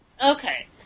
Okay